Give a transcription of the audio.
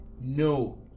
no